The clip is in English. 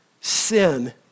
Sin